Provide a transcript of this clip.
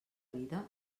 vida